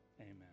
Amen